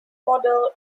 model